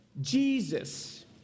Jesus